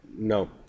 No